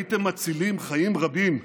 הייתם מצילים חיים רבים.